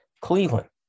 Cleveland